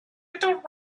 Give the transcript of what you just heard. little